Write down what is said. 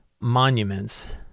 Monuments